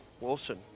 Wilson